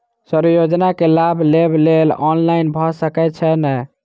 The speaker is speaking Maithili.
सर योजना केँ लाभ लेबऽ लेल ऑनलाइन भऽ सकै छै नै?